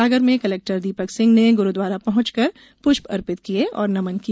सागर में कलेक्टर दीपक सिंह ने गुरूद्वारा पहुंचकर पुष्प अर्पित किए और नमन किया